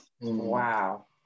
Wow